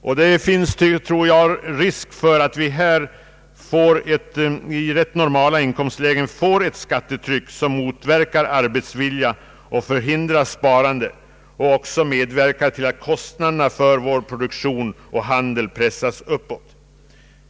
Jag tror att det finns risk för att vi i rätt normala inkomstlägen får ett skattetryck som motverkar arbetsvilja, förhindrar sparande och också medverkar till att kostnaderna för vår produktion och handel pressas uppåt.